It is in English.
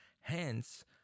Hence